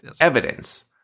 evidence